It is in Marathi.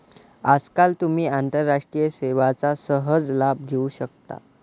आजकाल तुम्ही आंतरराष्ट्रीय सेवांचा सहज लाभ घेऊ शकता